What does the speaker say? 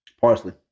Parsley